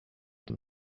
them